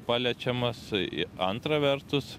paliečiamas i antra vertus